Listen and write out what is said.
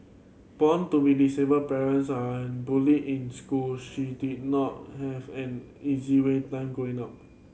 born to disabled parents and bullied in school she did not have an easy way time growing up